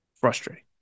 frustrating